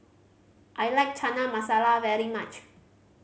I like Chana Masala very much